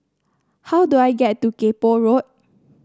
how do I get to Kay Poh Road